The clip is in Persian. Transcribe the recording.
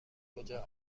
کجا